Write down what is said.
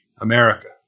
America